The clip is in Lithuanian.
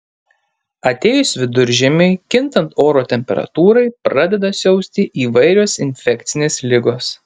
atėjus viduržiemiui kintant oro temperatūrai pradeda siausti įvairios infekcinės ligos